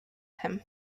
him